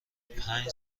پنج